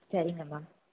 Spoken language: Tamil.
சரிங்க மேம்